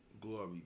Glory